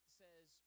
says